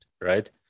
Right